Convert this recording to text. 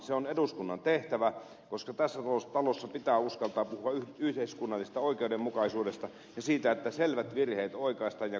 se on eduskunnan tehtävä koska tässä talossa pitää uskaltaa puhua yhteiskunnallisesta oikeudenmukaisuudesta ja siitä että selvät virheet oikaistaan ja korjataan